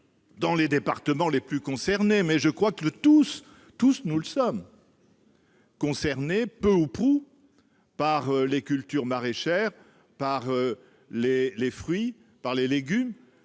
dans les départements les plus concernés- mais je crois que nous sommes tous concernés, peu ou prou, par les cultures maraîchères, par les fruits et les légumes.